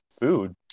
food